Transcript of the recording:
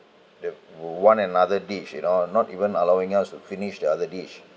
the one another dish you know not even allowing us to finish the other dish